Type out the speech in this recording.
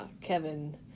Kevin